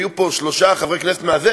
ויהיו פה שלושה חברי כנסת,